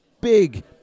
big